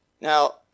Now